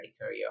career